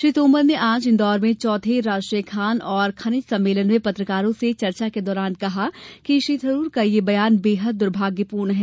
श्री तोमर ने आज इन्दौर में चौथे राष्ट्रीय खान और खनिज सम्मेलन में पत्रकारों से चर्चा के दौरान कहा कि श्री थरूर का यह बयान बेहद दुर्भाग्यपूर्ण है